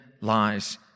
lies